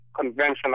conventional